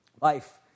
Life